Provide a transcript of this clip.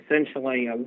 essentially